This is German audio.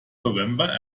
november